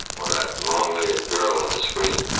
or that long legged girl on the screen?